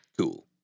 Cool